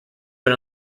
but